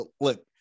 Look